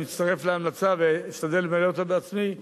אני מצטרף להמלצה ואשתדל לקרוא אותו בעצמי,